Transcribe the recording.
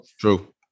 true